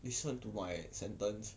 listen to my sentence